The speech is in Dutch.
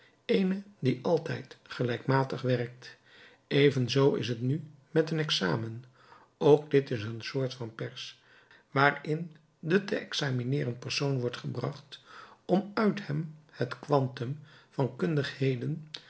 eene die altijd gelijkmatig werkt even zoo is het nu met een examen ook dit is een soort van pers waarin de te examineeren persoon wordt gebracht om uit hem het quantum van